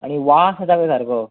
आनी वास येता खंय सारको